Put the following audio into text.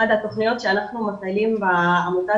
אחת התוכניות שאנחנו מפעילים בעמותה,